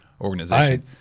organization